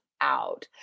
out